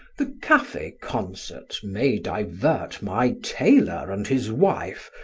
the cafe concerts may divert my tailor and his wife,